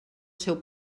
seu